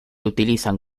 utilizan